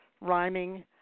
Rhyming